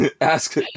Ask